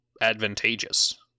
advantageous